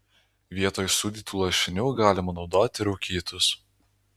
vietoj sūdytų lašinių galima naudoti rūkytus